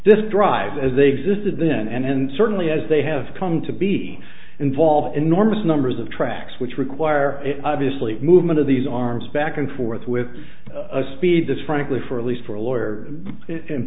this drive as they existed then and then certainly as they have come to be involved enormous numbers of tracks which require it obviously movement of these arms back and forth with a speed that's frankly for at least for a lawyer